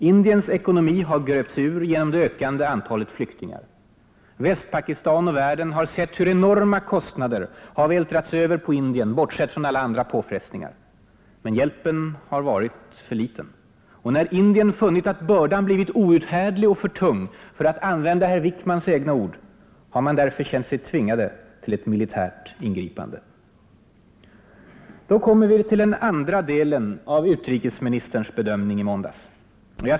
Indiens ekonomi har gröpts ur genom det ökande antalet flyktingar. Västpakistan och världen har sett hur enorma kostnader har vältrats över på Indien — bortsett från alla andra påfrestningar. Men hjälpen har varit för liten. Och när Indien funnit att bördan blivit ”outhärdlig” och ”för tung”, för att använda herr Wickmans egna ord, har man därför känt sig tvingad till ett militärt ingripande. Då kommer vi till den andra delen av utrikesministerns bedömning i måndags.